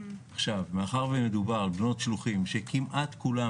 מאחר ומדובר על בנות שלוחים שכמעט כולן